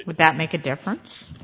would that make a difference